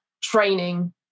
training